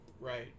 right